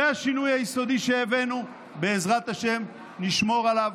זה השינוי היסודי שהבאנו, ובעזרת השם נשמור עליו.